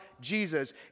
Jesus